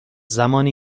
زمانی